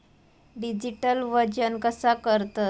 Digital वजन कसा करतत?